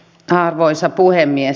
arvoisa puhemies